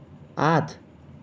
আঠ